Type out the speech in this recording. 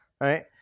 right